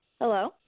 Hello